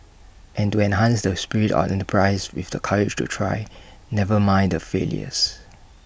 and to enhance the spirit of enterprise with the courage to try never mind the failures